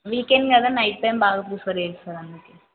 weekend కదా night time బాగా prefer చేస్తారు